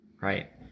right